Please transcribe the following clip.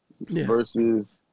versus